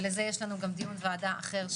ולזה יש לנו דיון ועדה אחר.